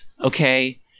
okay